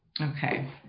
Okay